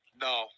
No